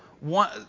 one